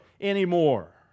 anymore